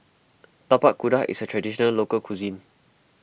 Tapak Kuda is a Traditional Local Cuisine